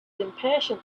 impatient